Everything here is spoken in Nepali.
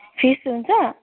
फिस हुन्छ